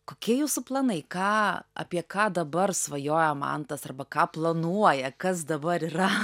kokie jūsų planai ką apie ką dabar svajoja mantas arba ką planuoja kas dabar yra